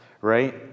right